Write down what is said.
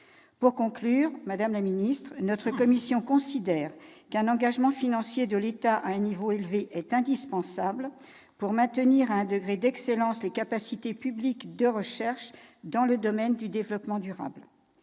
Pour conclure, madame la ministre, notre commission considère qu'un engagement financier de l'État à un niveau élevé est indispensable pour maintenir à un degré d'excellence les capacités publiques de recherche dans le domaine du développement durable.